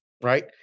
right